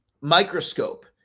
microscope